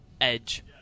edge